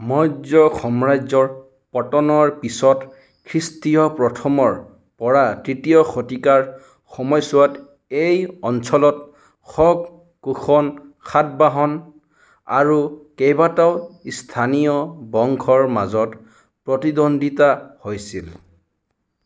মৌৰ্য সাম্ৰাজ্যৰ পতনৰ পিছত খ্ৰীষ্টীয় প্ৰথমৰ পৰা তৃতীয় শতিকাৰ সময়ছোৱাত এই অঞ্চলত শক কুষণ সাতবাহন আৰু কেইবাটাও স্থানীয় বংশৰ মাজত প্ৰতিদ্বন্দ্বিতা হৈছিল